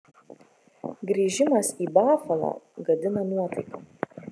grįžimas į bafalą gadina nuotaiką